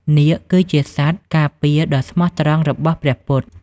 នាគ គឺជាសត្វការពារដ៏ស្មោះត្រង់របស់ ព្រះពុទ្ធ។